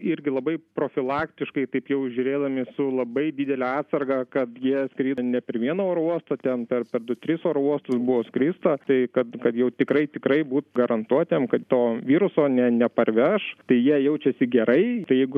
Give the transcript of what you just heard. irgi labai profilaktiškai taip jau žiūrėdami su labai didele atsarga kad jie skrido ne per vieną oro uostą ten per per du tris oro uostus buvo skrista tai kad kad jau tikrai tikrai būt garantuotiem kad to viruso ne neparveš tai jie jaučiasi gerai tai jeigu